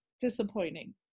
disappointing